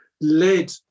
led